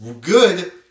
good